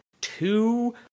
two